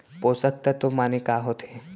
पोसक तत्व माने का होथे?